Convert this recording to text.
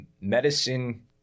medicine